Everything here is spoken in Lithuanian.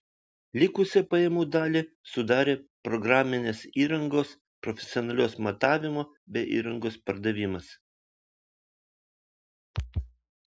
likusią pajamų dalį sudarė programinės įrangos profesionalios matavimo bei įrangos pardavimas